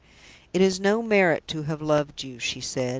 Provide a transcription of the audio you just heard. it is no merit to have loved you, she said.